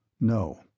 No